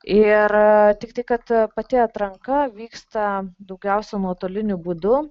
ir tiktai kad pati atranka vyksta daugiausia nuotoliniu būdu